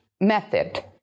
method